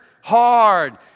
hard